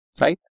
right